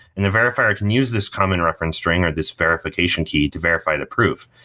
and the verifier can use this common reference string, or this verification key to verify the proof.